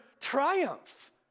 triumph